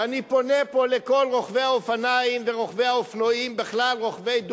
ואני פונה פה לכל רוכבי האופניים ורוכבי האופנועים בכלל,